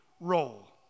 role